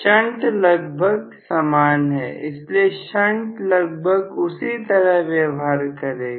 shunt लगभग समान है इसलिए शंट लगभग उसी तरह व्यवहार करेगा